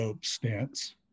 stance